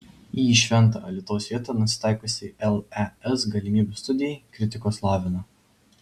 į šventą alytaus vietą nusitaikiusiai lez galimybių studijai kritikos lavina